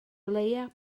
leia